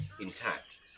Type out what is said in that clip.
intact